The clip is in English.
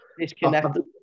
Disconnected